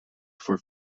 for